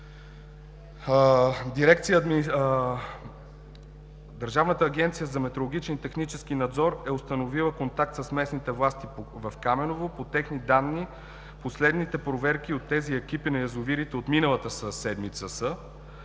Държавната агенция за метрологичен и технически надзор е установила контакт с местните власти в Камено. По техни данни последните проверки от тези екипи на язовирите са от миналата седмица и